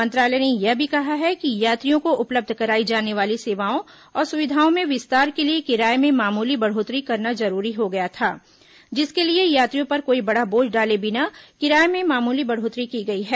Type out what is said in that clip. मंत्रालय ने यह भी कहा है कि यात्रियों को उपलब्ध कराई जाने वाली सेवाओं और सुविधाओं में विस्तार के लिए किराये में मामूली बढ़ोतरी करना जरूरी हो गया था जिसके लिए यात्रियों पर कोई बड़ा बोझ डाले बिना किराये में मामूली बढ़ोतरी की गई है